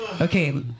Okay